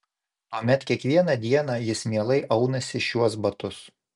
tuomet kiekvieną dieną jis mielai aunasi šiuos batus